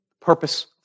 purpose